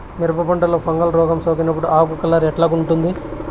మిరప పంటలో ఫంగల్ రోగం సోకినప్పుడు ఆకు కలర్ ఎట్లా ఉంటుంది?